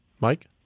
Mike